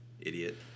Idiot